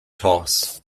toss